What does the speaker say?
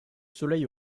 soleil